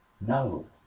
No